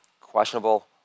questionable